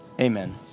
amen